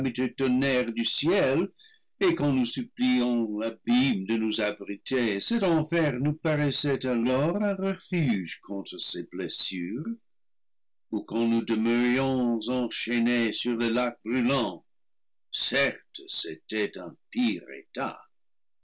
tonnerre du ciel et quand nous suppliions l'abîme de nous abriter cet enfer nous paraissait alors un refuge contre ces blessures ou quand nous demeurions enchaînés sur le lac brûlant certes c'était un pire état